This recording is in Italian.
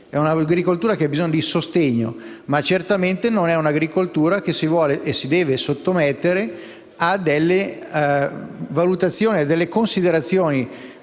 è un'agricoltura che non ha bisogno di sussidi, ma di sostegno; certamente non è un'agricoltura che si vuole e si deve sottomettere a delle valutazioni, a delle considerazioni